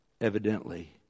evidently